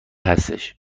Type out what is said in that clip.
هستش